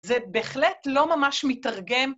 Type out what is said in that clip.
זה בהחלט לא ממש מתרגם.